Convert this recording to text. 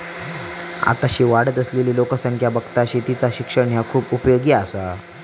आताशी वाढत असलली लोकसंख्या बघता शेतीचा शिक्षण ह्या खूप उपयोगी आसा